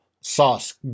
Sauce